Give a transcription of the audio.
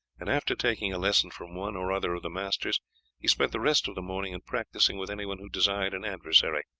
and after taking a lesson from one or other of the masters he spent the rest of the morning in practising with anyone who desired an adversary.